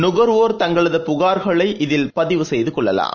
நுகர்வோர் தங்களது புகார்களை இதில் பதிவு செய்து கொள்ளலாம்